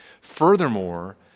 Furthermore